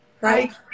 right